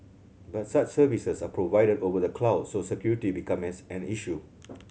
but such services are provided over the cloud so security becomes an issue